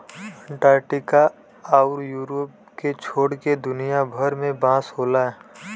Antarctica आउर Europe के छोड़ के दुनिया भर में बांस होला